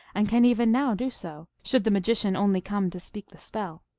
and can even now do so, should the magician only come to speak the spell.